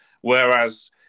Whereas